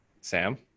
Sam